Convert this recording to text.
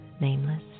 nameless